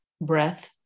breath